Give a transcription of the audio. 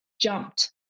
jumped